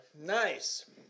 Nice